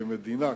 כמדינה,